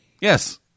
Yes